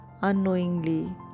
Unknowingly